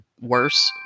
worse